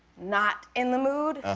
not in the mood,